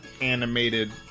animated